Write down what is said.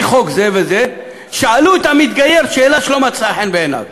חוק זה וזה שאלו את המתגייר שאלה שלא מצאה חן בעיניו.